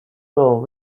role